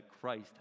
christ